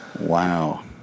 Wow